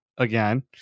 Again